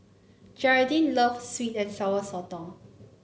Geralyn love sweet and Sour Sotong